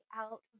out